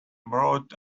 brought